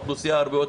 הרווחה והבריאות